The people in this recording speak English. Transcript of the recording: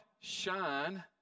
shine